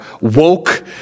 woke